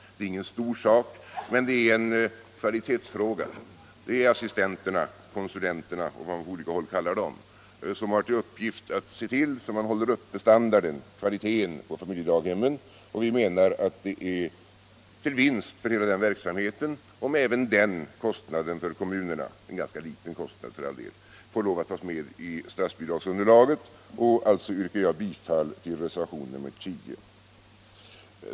Det är ingen stor sak, men det är en kvalitetsfråga. Det är familjedaghemsassistenterna som har till uppgift att se till att kvaliteten på familjedaghemmen upprätthålls. Vi anser att det är till vinst för hela den verksamheten, om även den kostnaden för kommunerna — det är för all del en ganska liten kostnad —- får lov att tas med i statsbidragsunderlaget. Jag yrkar alltså bifall till reservationen 10.